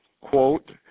Quote